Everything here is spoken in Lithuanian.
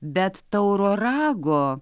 bet tauro rago